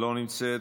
לא נמצאת,